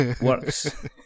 works